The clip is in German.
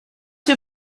wir